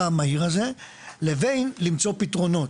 לבין למצוא פתרונות,